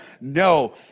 No